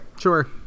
Sure